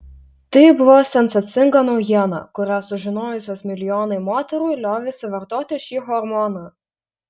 tai buvo sensacinga naujiena kurią sužinojusios milijonai moterų liovėsi vartoti šį hormoną